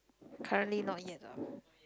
currently not yet lah